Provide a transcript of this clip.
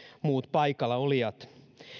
muut paikallaolijat